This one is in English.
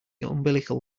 umbilical